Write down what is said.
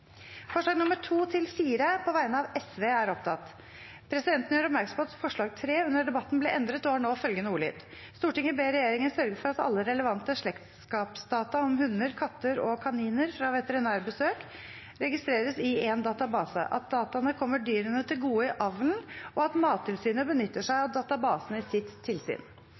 forslag nr. 3 under debatten ble endret og nå har følgende ordlyd: «Stortinget ber regjeringen sørge for at alle relevante slektskapsdata om hunder, katter og kaniner fra veterinærbesøk registreres i en database, at dataene kommer dyrene til gode i avlen, og at Mattilsynet benytter seg av databasen i sitt tilsyn.»